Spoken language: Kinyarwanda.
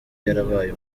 yarabaye